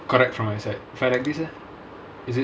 correct for my side if I like this leh is it